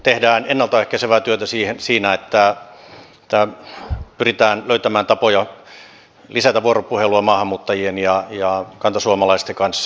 tehdään ennalta ehkäisevää työtä siinä että pyritään löytämään tapoja lisätä vuoropuhelua maahanmuuttajien ja kantasuomalaisten kanssa